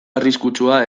arriskutsua